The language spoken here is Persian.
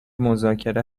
مذاکره